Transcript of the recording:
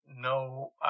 no